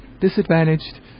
disadvantaged